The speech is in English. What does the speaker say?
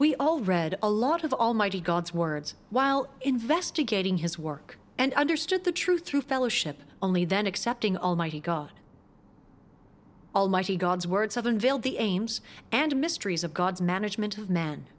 we all read a lot of almighty god's word while investigating his work and understood the truth through fellowship only then accepting almighty god almighty god's words have unveiled the aims and mysteries of god's management of men